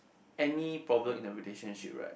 any problem in the relationship right